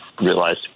realized